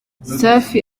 safi